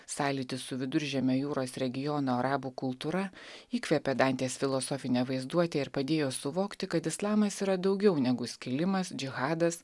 sąlytis su viduržemio jūros regiono arabų kultūra įkvėpė dantės filosofinę vaizduotę ir padėjo suvokti kad islamas yra daugiau negu skilimas džihadas